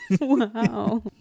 Wow